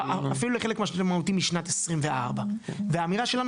אפילו לחלק מהותי לשנת 24 והאמירה שלנו,